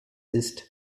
ist